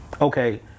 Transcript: okay